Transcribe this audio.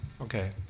Okay